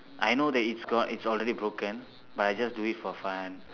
I know that it's gone it's already broken but I just do it for fun